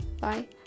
Bye